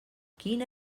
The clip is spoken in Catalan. quina